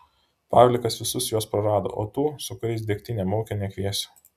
pavlikas visus juos prarado o tų su kuriais degtinę maukė nekviesiu